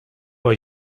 war